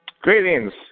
Greetings